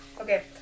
Okay